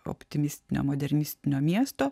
optimistinę modernistinio miesto